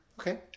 Okay